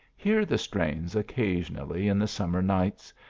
hear the strains occasionally in the summer nights,